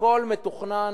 הכול מתוכנן,